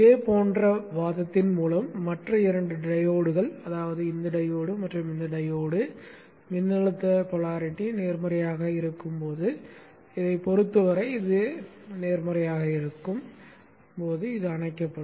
இதேபோன்ற வாதத்தின் மூலம் மற்ற 2 டையோட்கள் அதாவது இந்த டையோடு மற்றும் இந்த டையோடு மின்னழுத்த துருவமுனைப்பு நேர்மறையாக இருக்கும்போது இதைப் பொறுத்தவரை இது நேர்மறையாக இருக்கும்போது அணைக்கப்படும்